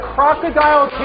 Crocodile